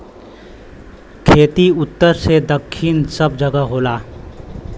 खेती उत्तर से दक्खिन सब जगह होला